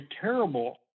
terrible